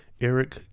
Eric